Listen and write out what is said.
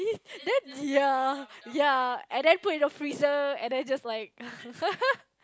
then ya ya and then put in the freezer and then just like